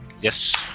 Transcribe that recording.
Yes